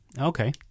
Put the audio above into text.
Okay